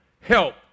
Help